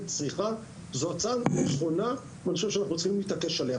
זו הצעה נכונה ואנחנו צריכים להתעקש עליה.